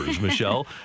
Michelle